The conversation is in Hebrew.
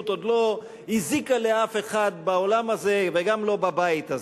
עוד לא הזיקה לאף אחד בעולם הזה וגם לא בבית הזה.